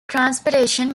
transportation